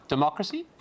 Democracy